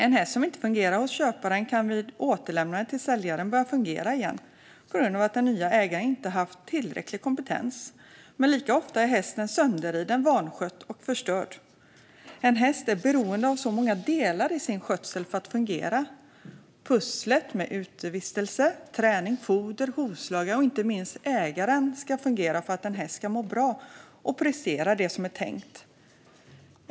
En häst som inte fungerar hos köparen kan vid återlämnandet till säljaren börja fungera igen på grund av att den nya ägaren inte haft tillräcklig kompetens. Men lika ofta är hästen sönderriden, vanskött och förstörd. En häst är beroende av så många delar i sin skötsel för att fungera. Pusslet med utevistelse, träning, foder, hovslagare och inte minst ägaren ska fungera för att en häst ska må bra och prestera som det är tänkt.